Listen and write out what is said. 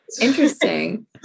interesting